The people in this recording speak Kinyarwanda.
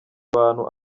abantu